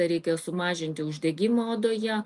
reikia sumažinti uždegimą odoje